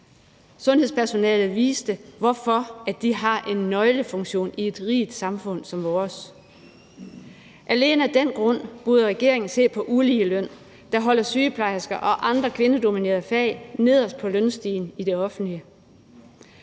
Sundhedspersonalet viste, hvorfor de har en nøglefunktion i et rigt samfund som vores. Alene af den grund burde regeringen se på uligeløn, der holder sygeplejersker og andre kvindedominerede fag nederst på lønstigen i det offentlige.